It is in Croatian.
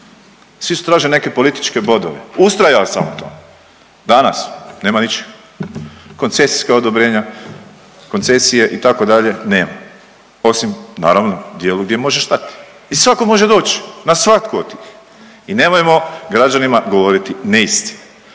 Svi su tražili neke političke bodove. Ustrajao sam u tome. danas nema ničega. Koncesijska odobrenja, koncesije itd. nema, osim naravno u dijelu gdje možeš dati. I svako može doć na svatku od i nemojmo građanima govoriti neistine.